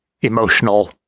emotional